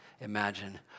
imagine